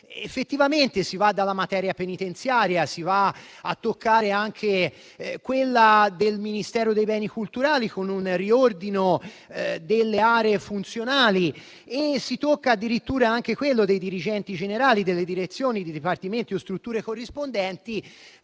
nostro Paese. Si va dalla materia penitenziaria fino a toccare anche quella del Ministero dei beni culturali, con un riordino delle aree funzionali; si tocca addirittura anche quella dei dirigenti generali, delle direzioni, dei dipartimenti o delle strutture corrispondenti.